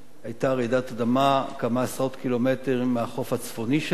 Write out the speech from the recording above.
היתה רעידת אדמה כמה עשרות קילומטרים מהחוף הצפוני שלנו,